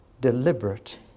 deliberate